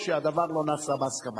אף שהדבר לא נעשה בהסכמה.